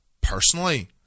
personally